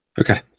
Okay